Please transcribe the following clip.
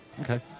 Okay